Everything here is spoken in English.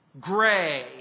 gray